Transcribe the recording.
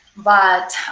but